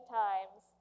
times